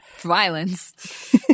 violence